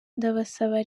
ndabasaba